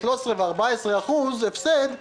13% ו-14% הפסד נגמרים.